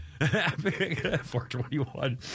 421